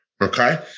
okay